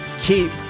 keep